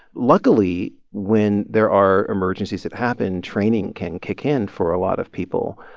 luckily, when there are emergencies that happen, training can kick in for a lot of people.